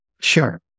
Sure